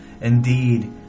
Indeed